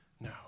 No